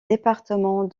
département